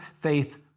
faith